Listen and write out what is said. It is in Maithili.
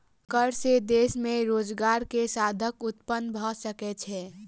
कर से देश में रोजगार के साधन उत्पन्न भ सकै छै